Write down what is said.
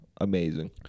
amazing